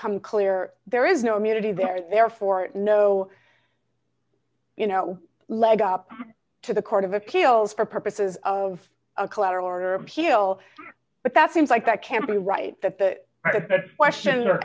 become clear there is no immunity there therefore no you know leg up to the court of appeals for purposes of a collateral murder appeal but that seems like that can't be right that the questions or